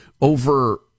over